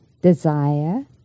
desire